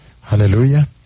Hallelujah